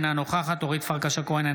אינה נוכחת אורית פרקש הכהן,